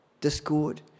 discord